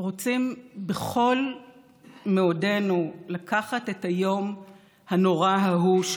רוצים בכל מאודנו לקחת את היום הנורא ההוא,